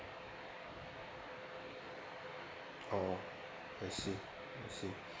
oh I see I see